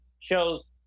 shows